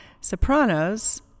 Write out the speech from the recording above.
sopranos